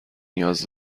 نیاز